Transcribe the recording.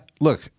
look